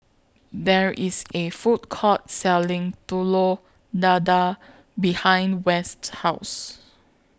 There IS A Food Court Selling Telur Dadah behind West's House